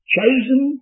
Chosen